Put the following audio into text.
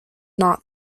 not